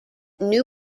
new